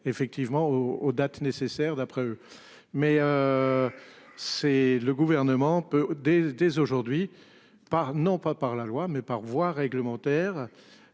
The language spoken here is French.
effectivement au au date nécessaire d'après eux mais. C'est le gouvernement peut dès dès aujourd'hui par non pas par la loi mais par voie réglementaire.